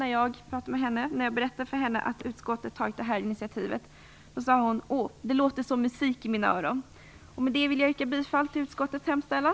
När jag berättade för henne att utskottet har tagit detta initiativ sade hon: Å, det låter som musik i mina öron. Med det anförda vill jag yrka bifall till utskottets hemställan.